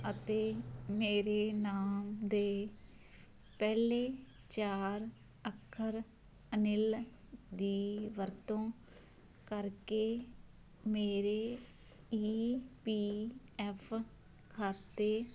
ਅਤੇ ਮੇਰੇ ਨਾਮ ਦੇ ਪਹਿਲੇ ਚਾਰ ਅੱਖਰ ਅਨਿਲ ਦੀ ਵਰਤੋਂ ਕਰਕੇ ਮੇਰੇ ਈ ਪੀ ਐੱਫ ਖਾਤੇ